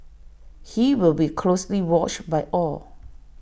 he will be closely watched by all